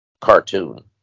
cartoon